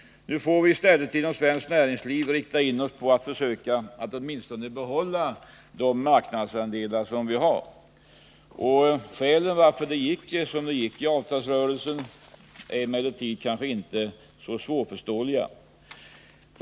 Nu får vi inom svenskt näringsliv i stället inrikta oss på att åtminstone försöka behålla de marknadsandelar som vi har. Skälen till att det gick som det gick i avtalsrörelsen är kanske inte så svårförståeliga.